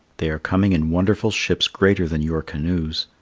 they are coming in wonderful ships greater than your canoes.